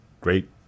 great